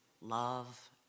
love